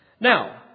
Now